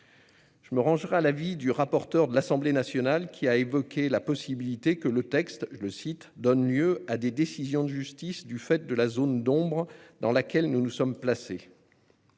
Je me rangerai à l'avis du rapporteur de l'Assemblée nationale, qui a évoqué la possibilité que le texte « donne lieu à des décisions de justice du fait de la zone d'ombre dans laquelle nous nous sommes placés ».